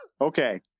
Okay